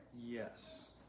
Yes